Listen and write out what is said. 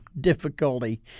difficulty